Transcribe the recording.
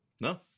No